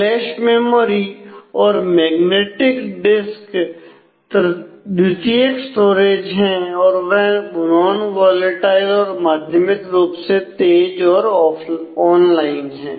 flash memory और magnetic disk द्वितीयक storage है और वह नॉन वोलेटाइल और माध्यमिक रूप से तेज और ऑनलाइन है